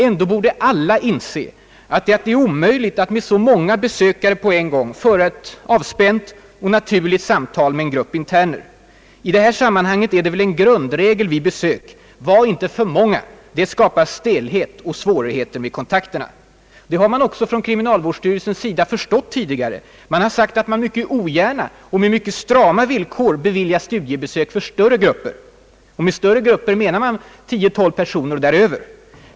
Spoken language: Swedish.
Alla borde inse att det är omöjligt att med så många besökare på en gång föra ett avspänt och naturligt samtal med en grupp interner. I detta sammanhang är det väl en grundregel vid besök: var inte för många, det skapar stelhet och svårighet med kontakterna. Det har man också tidigare förstått från kriminalvårdsstyrelsens sida. Man har sagt att man »ogärna och med mycket strama villkor beviljar studiebesök för större grupper» — och med »större grupper» menar man 10—412 personer och däröver.